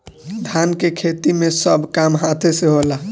धान के खेती मे सब काम हाथे से होला